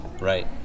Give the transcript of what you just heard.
Right